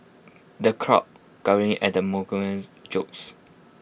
the crowd guffawed at the jokes